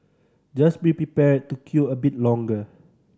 just be prepared to queue a bit longer